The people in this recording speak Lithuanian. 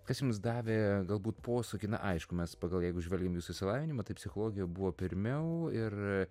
kas jums davė galbūt posūkį na aišku mes pagal jeigu žvelgiam į jūsų išsilavinimą tai psichologija buvo pirmiau ir